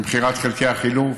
במכירת חלקי חילוף,